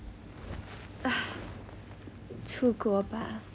出国吧